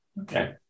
okay